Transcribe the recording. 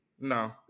No